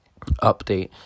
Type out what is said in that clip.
update